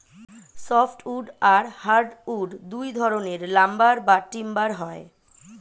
soft wood আর hard wood দুই ধরনের লাম্বার বা টিম্বার হয়